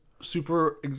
super